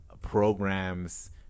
programs